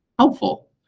Helpful